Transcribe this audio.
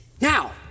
Now